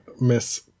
Miss